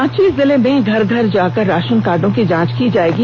रांची जिले में घर घर जाकर राशन काडोँ की जांच की जाएगी